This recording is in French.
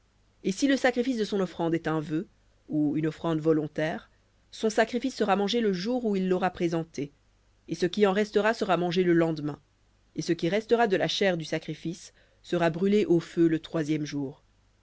et si le sacrifice de son offrande est un vœu ou volontaire son sacrifice sera mangé le jour où il l'aura présenté et ce qui en restera sera mangé le lendemain et ce qui restera de la chair du sacrifice sera brûlé au feu le troisième jour